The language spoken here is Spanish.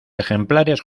ejemplares